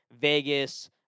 Vegas